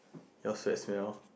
your sweat smell